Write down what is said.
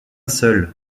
seule